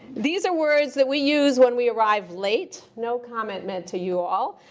these are words that we use when we arrive late no comment meant to you all.